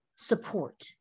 support